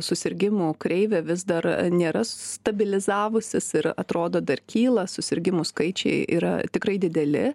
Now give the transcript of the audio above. susirgimų kreivė vis dar nėra stabilizavusis ir atrodo dar kyla susirgimų skaičiai yra tikrai dideli